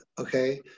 okay